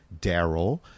Daryl